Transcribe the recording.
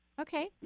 Okay